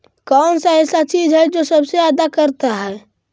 कौन सा ऐसा चीज है जो सबसे ज्यादा करता है?